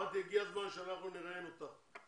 הבנתי שיש ציפייה לעוד סיקור תקשורתי מהסוג הזה.